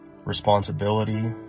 responsibility